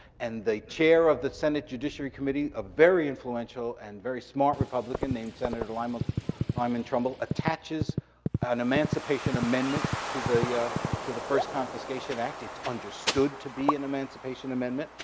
and the chair of the senate judiciary committee, a very influential and very smart republican named senator lyman um and trumbull attaches an emancipation amendment to the to the first confiscation act. it's understood to be an emancipation amendment.